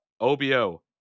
OBO